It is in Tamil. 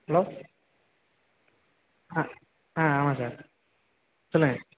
ஹலோ ஆ ஆ ஆமாம் சார் சொல்லுங்கள்